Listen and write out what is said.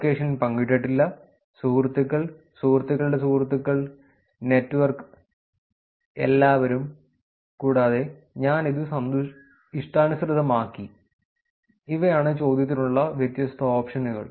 location പങ്കിട്ടിട്ടില്ല സുഹൃത്തുക്കൾ സുഹൃത്തുക്കളുടെ സുഹൃത്തുക്കൾ നെറ്റ്വർക്ക് എല്ലാവരും കൂടാതെ ഞാൻ ഇത് ഇഷ്ടാനുസൃതമാക്കി ഇവയാണ് ചോദ്യത്തിനുള്ള വ്യത്യസ്ത ഓപ്ഷനുകൾ